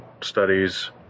studies